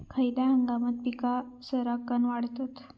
खयल्या हंगामात पीका सरक्कान वाढतत?